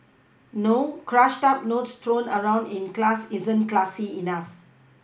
no crushed up notes thrown around in class isn't classy enough